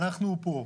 אנחנו פה.